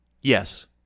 Yes